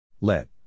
Let